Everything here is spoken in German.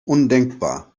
undenkbar